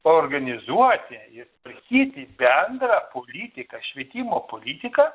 organizuoti ir pritaikyti bendrą politiką švietimo politiką